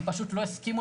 הם פשוט לא הסכימו